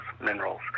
minerals